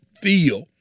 feel